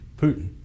Putin